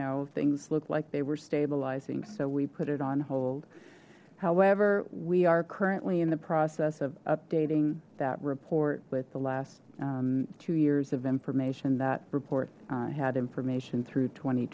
know things look like they were stabilizing so we put it on hold however we are currently in the process of updating that report with the last two years of information that report had information through tw